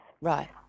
Right